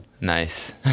nice